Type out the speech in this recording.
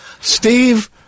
Steve